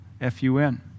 F-U-N